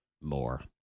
more